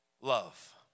Love